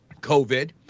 COVID